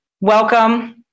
Welcome